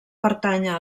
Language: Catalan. pertànyer